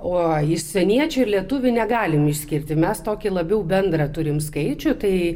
oi užsieniečių ir lietuvių negalim išskirti mes tokį labiau bendrą turim skaičių tai